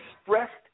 expressed